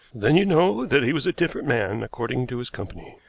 then you know that he was a different man, according to his company.